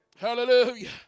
Hallelujah